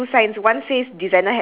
wait on the right on the door is it